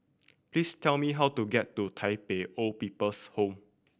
please tell me how to get to Tai Pei Old People's Home